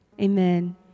Amen